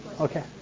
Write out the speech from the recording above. Okay